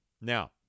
now